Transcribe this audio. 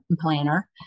Planner